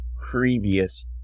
previous